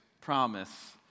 promise